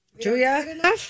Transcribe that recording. Julia